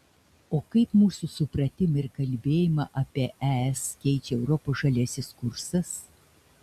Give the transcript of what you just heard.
o kaip mūsų supratimą ir kalbėjimą apie es keičia europos žaliasis kursas